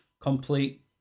complete